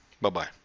Bye-bye